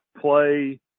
play